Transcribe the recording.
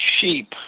sheep